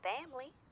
family